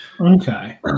Okay